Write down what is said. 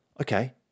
Okay